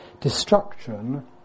Destruction